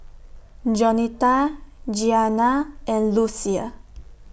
Jaunita Gianna and Lucia